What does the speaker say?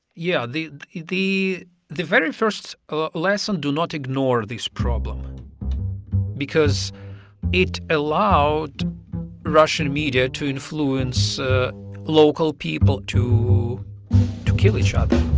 yeah. the the very first lesson do not ignore this problem because it allowed russian media to influence ah local people to to kill each other